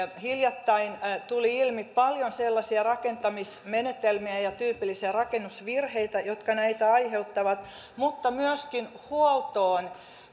hiljattain tuli ilmi paljon sellaisia rakentamismenetelmiä ja ja tyypillisiä rakennusvirheitä jotka näitä aiheuttavat mutta myöskin huoltoon